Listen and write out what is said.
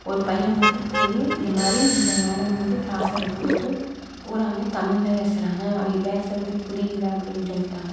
ஒரு பையன் மட்டும் போய் இந்த மாதிரி இந்த மேடம் வந்து கிளாஸ் எடுக்கும் போது பூராவுமே தமிழ்ல பேசறாங்க அவிக பேசறது புரியலை அப்படின்னு சொல்லிட்டாங்க